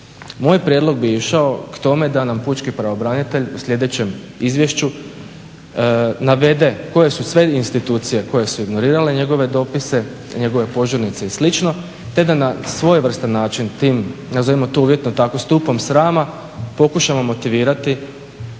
Moj prijedlog bi išao k tome da nam pučki pravobranitelj u sljedećem izvješću navede koje su sve institucije koje su ignorirale njegove dopise, njegove požurnice i slično te da na svojevrstan način tim, nazovimo to uvjetno tako, stupom srama pokušamo motivirati